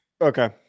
okay